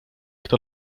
kto